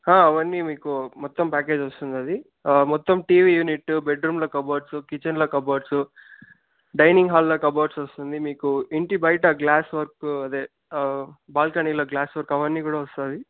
అవన్నీ మీకు మొత్తం ప్యాకేజ్ వస్తుంది అది మీకు మొత్తం టీవీ యూనిట్టు బెడ్ రూమ్లో కప్బోర్డ్స్ కిచెన్లో కప్బోర్డ్స్ డైనింగ్ హాల్లో కప్బోర్డ్స్ వస్తుంది మీకు ఇంటి బయట గ్లాస్ వర్కు అదే బాల్కనీలో గ్లాస్ వర్కు అవన్నీ కూడా వస్తుంది